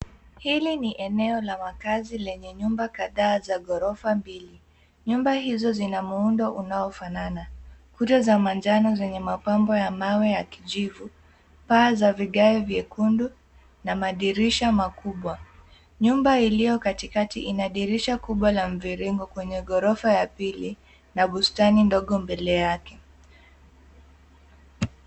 Hili ni eneo la makazi lenye nyumba kadhaa za ghorofa mbili. Nyumba hizo zina muundo unaofanana. Kuta za manjano zenye mapambo ya mawe ya kijivu, paa za vigae vyekundu, na madirisha makubwa. Nyumba iliyo katikati ina dirisha kubwa la mviringo kwenye ghorofa ya pili, na bustani ndogo mbele yake.